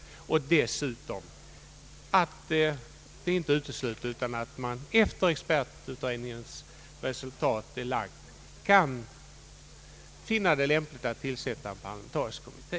Vi påpekar dessutom att det inte är uteslutet att man efter expertutredningen kan finna det lämpligt att tillsätta en parlamentarisk kommitté.